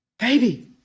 Baby